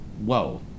Whoa